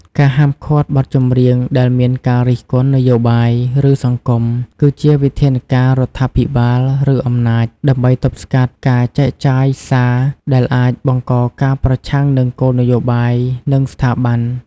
ការហាមឃាត់បទចម្រៀងដែលមានការរិះគន់នយោបាយ ឬសង្គម គឺជាវិធានការរដ្ឋាភិបាល ឬអំណាច ដើម្បីទប់ស្កាត់ការចែកចាយសារ ដែលអាចបង្កការប្រឆាំងនឹងគោលនយោបាយ និងស្ថាប័ន។